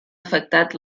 afectat